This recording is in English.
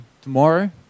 tomorrow